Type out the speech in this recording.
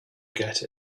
get